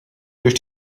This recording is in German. durch